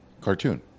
cartoon